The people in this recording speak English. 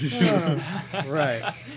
Right